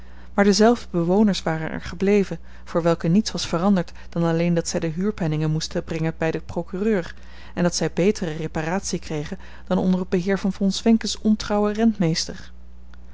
maar dezelfde bewoners waren er gebleven voor welke niets was veranderd dan alleen dat zij de huurpenningen moesten brengen bij den procureur en dat zij betere reparatie kregen dan onder het beheer van von zwenkens ontrouwen